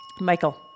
Michael